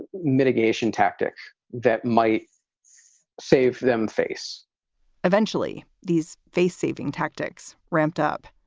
mitigation tactic that might save them face eventually, these face saving tactics ramped up.